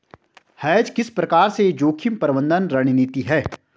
Hedge किस प्रकार से जोखिम प्रबंधन रणनीति है?